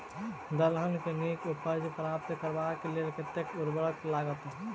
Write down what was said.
दलहन केँ नीक उपज प्राप्त करबाक लेल कतेक उर्वरक लागत?